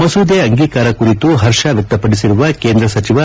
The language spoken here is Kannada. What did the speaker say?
ಮಸೂದೆ ಅಂಗೀಕಾರ ಕುರಿತು ಪರ್ಷ ವ್ಯಕ್ತಪಡಿಸಿರುವ ಕೇಂದ್ರ ಸಚಿವ ಡಿ